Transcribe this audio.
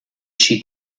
she